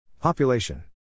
Population